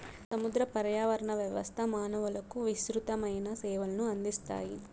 సముద్ర పర్యావరణ వ్యవస్థ మానవులకు విసృతమైన సేవలను అందిస్తాయి